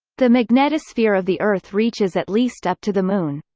the magnetosphere of the earth reaches at least up to the moon.